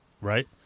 right